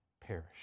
perish